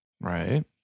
Right